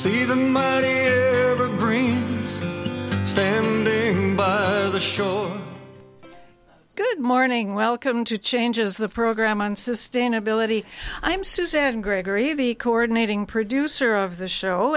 see the green state of the show good morning welcome to changes the program on sustainability i'm suzanne gregory the coordinating producer of the show